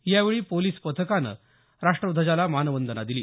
यावेळी पोलिस पथकानं राष्ट्रध्वजाला मानवंदना दिली